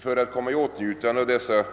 För att komma i åtnjutande av detta